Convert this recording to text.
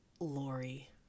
Lori